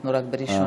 אנחנו רק בראשונה.